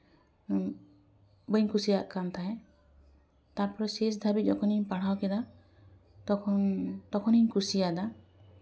ᱵᱟᱹᱧ ᱠᱩᱥᱤᱭᱟᱜ ᱠᱟᱱ ᱛᱟᱦᱮᱸᱜ ᱛᱟᱨᱯᱚᱨᱮ ᱥᱮᱥ ᱫᱷᱟᱹᱵᱤᱡ ᱡᱚᱠᱷᱚᱱᱤᱧ ᱯᱟᱲᱦᱟᱣ ᱠᱮᱫᱟ ᱛᱚᱠᱷᱚᱱ ᱛᱚᱠᱷᱚᱱᱤᱧ ᱠᱩᱥᱤᱭᱟᱫᱟ